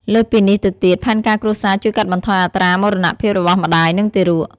លើសពីនេះទៅទៀត ផែនការគ្រួសារជួយកាត់បន្ថយអត្រាមរណភាពរបស់ម្តាយ និងទារក។